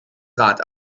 rad